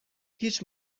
هیچ